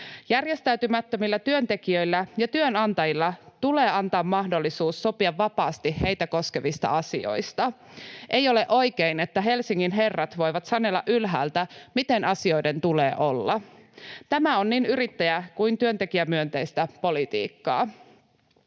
Järjestäytymättömille työntekijöille ja työnantajille tulee antaa mahdollisuus sopia vapaasti heitä koskevista asioista. Ei ole oikein, että Helsingin herrat voivat sanella ylhäältä, miten asioiden tulee olla. Tämä on niin yrittäjä- kuin työntekijämyönteistä politiikkaa.